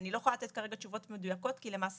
אני לא יכולה לתת כרגע תשובות מדויקות כי למעשה